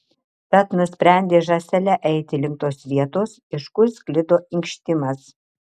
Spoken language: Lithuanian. tad nusprendė žąsele eiti link tos vietos iš kur sklido inkštimas